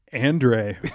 Andre